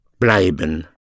bleiben